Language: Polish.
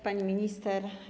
Pani Minister!